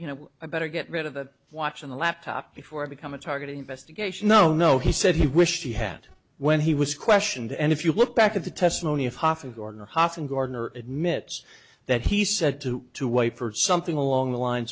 you know i better get rid of a watch on the laptop before i become a target investigation no no he said he wished he had when he was questioned and if you look back at the testimony of hoffa gardner hofmann gardner admits that he said to to wait for something along the lines